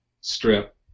strip